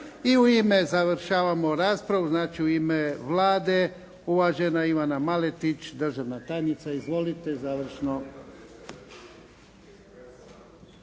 govorili. Završavamo raspravu. Znači u ime Vlade, uvažena Ivana Maletić, državna tajnica. Izvolite. Završno.